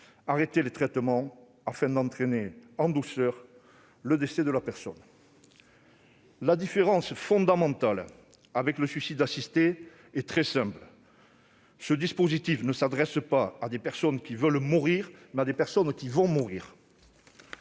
arrêter les traitements, afin d'entraîner un décès en douceur. La différence fondamentale avec le suicide assisté est simple : ce dispositif s'adresse non pas à des personnes qui veulent mourir, mais à des personnes qui vont mourir.